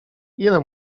ile